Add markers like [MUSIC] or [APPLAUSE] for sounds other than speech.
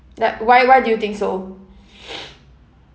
yup why why do you think so [NOISE]